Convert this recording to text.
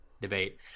debate